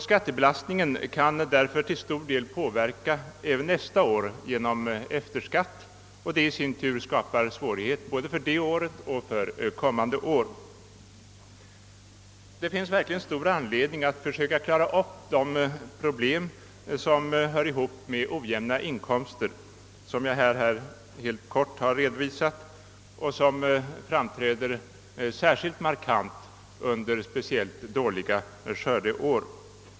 Skattebelastningen kan också till stor del påverka nästa år genom efterskatt, vilket i sin tur skapar svårigheter för det året och för kommande år. Det finns verkligen stor anledning att försöka klara upp de problem som hör ihop med ojämna inkomster, vilket jag här helt kort har redovisat och som framträder särskilt markant under speciellt dåliga skördeår.